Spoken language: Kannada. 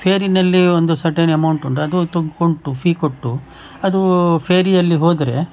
ಫೇರಿನಲ್ಲಿ ಒಂದು ಸರ್ಟೇನ್ ಅಮೌಂಟ್ ಉಂಟು ಅದು ತಗ ಉಂಟು ಫೀ ಕೊಟ್ಟು ಅದೂ ಫೇರಿಯಲ್ಲಿ ಹೋದರೆ